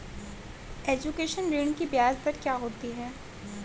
Education ऋृण की ब्याज दर क्या होती हैं?